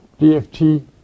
DFT